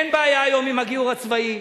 אין בעיה היום עם הגיור הצבאי.